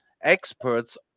experts